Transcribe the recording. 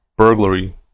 burglary